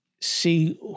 see